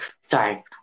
sorry